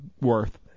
worth